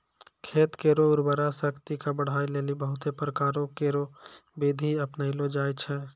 खेत केरो उर्वरा शक्ति क बढ़ाय लेलि बहुत प्रकारो केरो बिधि अपनैलो जाय छै